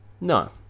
No